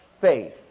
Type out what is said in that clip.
faith